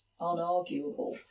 unarguable